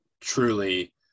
truly